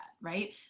Right